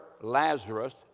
lazarus